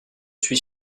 suis